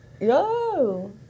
yo